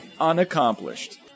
Unaccomplished